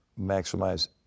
maximize